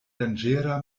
danĝera